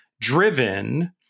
driven